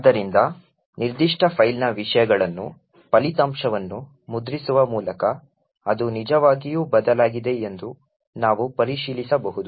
ಆದ್ದರಿಂದ ನಿರ್ದಿಷ್ಟ ಫೈಲ್ನ ವಿಷಯಗಳನ್ನು ಫಲಿತಾಂಶವನ್ನು ಮುದ್ರಿಸುವ ಮೂಲಕ ಅದು ನಿಜವಾಗಿಯೂ ಬದಲಾಗಿದೆ ಎಂದು ನಾವು ಪರಿಶೀಲಿಸಬಹುದು